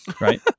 right